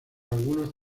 algunos